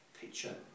picture